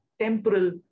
temporal